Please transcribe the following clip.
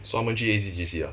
so 他们去 A_C_J_C ah